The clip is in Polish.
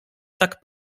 tak